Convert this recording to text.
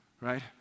right